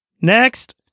Next